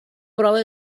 prova